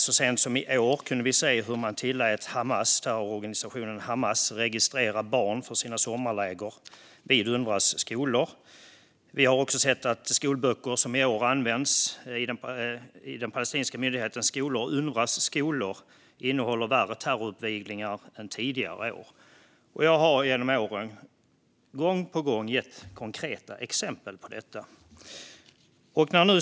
Så sent som i år kunde vi se att terrororganisationen Hamas tilläts registrera barn på sina sommarläger vid UNRWA:s skolor. Vi har också sett att skolböcker som i år används i den palestinska myndighetens skolor, UNRWA:s skolor, innehåller värre terroruppviglingar än tidigare år. Jag har genom åren, gång på gång, gett konkreta exempel på detta.